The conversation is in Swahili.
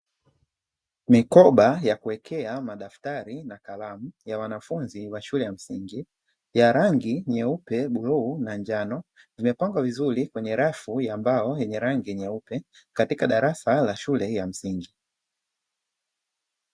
Mikoba ya kuwekea madaftari na kalamu ya wanafunzi wa shule ya msingi ya rangi nyeupe buluu na njano nimepanwa viziri kwenye rafu ya mbao yenye rangi nyeupe katika darasa la shule hii ya msingi